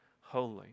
holy